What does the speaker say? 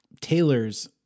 tailors